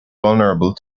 vulnerable